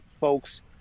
folks